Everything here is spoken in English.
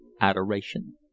adoration